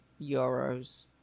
euros